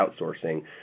outsourcing